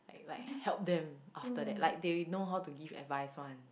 like like help them after that like they know how to give advice one